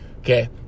Okay